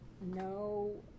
no